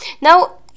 Now